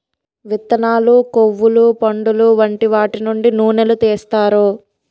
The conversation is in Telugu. విత్తనాలు, కొవ్వులు, పండులు వంటి వాటి నుండి నూనెలు తీస్తారు